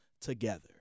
together